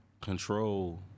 control